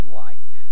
light